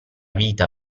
vita